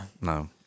No